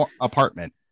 apartment